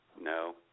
No